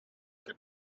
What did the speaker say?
get